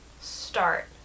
start